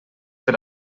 per